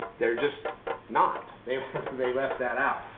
they are just not. they they left that out.